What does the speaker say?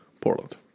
Portland